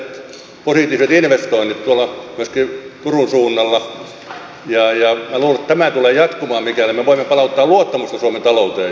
nythän me olemme kuulleet tällä viikolla jo ensimmäiset positiiviset investoinnit myöskin tuolla turun suunnalla ja luulen että tämä tulee jatkumaan mikäli me voimme palauttaa luottamusta suomen talouteen